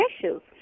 issues